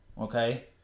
okay